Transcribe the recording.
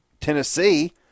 Tennessee